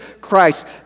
Christ